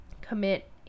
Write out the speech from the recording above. commit